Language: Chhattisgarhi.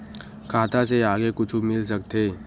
खाता से आगे कुछु मिल सकथे?